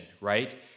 right